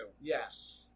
Yes